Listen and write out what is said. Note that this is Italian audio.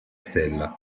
stella